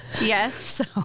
yes